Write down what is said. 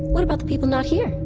what about the people not here?